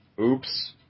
Oops